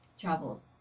travel